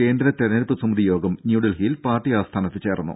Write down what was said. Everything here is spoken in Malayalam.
കേന്ദ്ര തെരഞ്ഞെടുപ്പ് സമിതി യോഗം ന്യൂഡെൽഹിയിൽ പാർട്ടി ആസ്ഥാനത്ത് ചേർന്നു